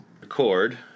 Record